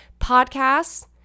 podcasts